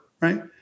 right